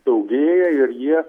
daugėja ir jie